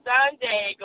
Sunday